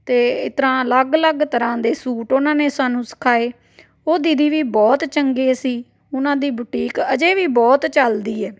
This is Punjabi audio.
ਅਤੇ ਇਸ ਤਰ੍ਹਾਂ ਅਲੱਗ ਅਲੱਗ ਤਰ੍ਹਾਂ ਦੇ ਸੂਟ ਉਹਨਾਂ ਨੇ ਸਾਨੂੰ ਸਿਖਾਏ ਉਹ ਦੀਦੀ ਵੀ ਬਹੁਤ ਚੰਗੇ ਸੀ ਉਹਨਾਂ ਦੀ ਬੁਟੀਕ ਅਜੇ ਵੀ ਬਹੁਤ ਚੱਲਦੀ ਹੈ